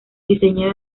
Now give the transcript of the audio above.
diseño